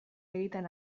egiten